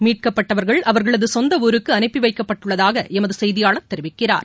மீட்கப்பட்டவர்கள் அவர்களது சொந்த ஊருக்கு அனுப்பி வைக்கப்பட்டுள்ளதாக எமது செய்தியாளர் தெரிவிக்கிறார்